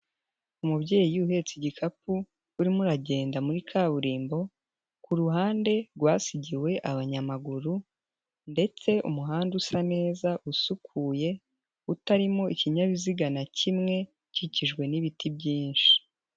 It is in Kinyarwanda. Umubyeyi uhetse igikapu, urimo uragenda muri kaburimbo, ku ruhande rwasigiwe abanyamaguru ndetse umuhanda usa neza usukuye, utarimo ikinyabiziga na kimwe, ukikijwe n'ibiti byinshi.